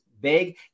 big